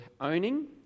owning